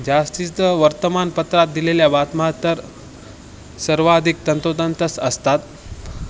जास्तीत वर्तमानपत्रात दिलेल्या बातम्यातर सर्वाधिक तंतोतंतच असतात